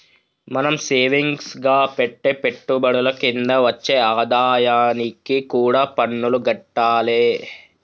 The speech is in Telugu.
మనం సేవింగ్స్ గా పెట్టే పెట్టుబడుల కింద వచ్చే ఆదాయానికి కూడా పన్నులు గట్టాలే